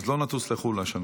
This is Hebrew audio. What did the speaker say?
אז לא נטוס לחו"ל השנה.